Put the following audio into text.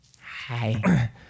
Hi